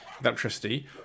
electricity